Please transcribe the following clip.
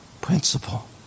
principle